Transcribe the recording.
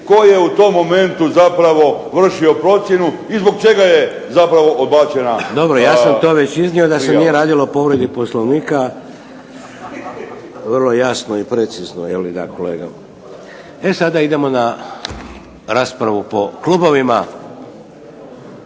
tko je u tom momentu zapravo vršio procjenu i zbog čega je zapravo odbačena prijava. **Šeks, Vladimir (HDZ)** Dobro, ja sam to već iznio da se nije radilo o povredi Poslovnika vrlo jasno i precizno, je li kolega. E sada idemo na raspravu po klubovima.